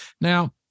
Now